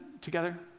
together